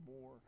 more